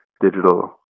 digital